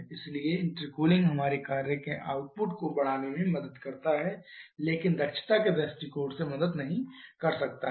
इसलिए इंटरकूलिंग हमारे कार्य के आउटपुट को बढ़ाने में मदद करता है लेकिन दक्षता के दृष्टिकोण से मदद नहीं कर सकता है